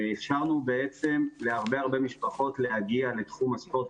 אפשרנו בעצם להרבה משפחות להגיע לתחום הספורט.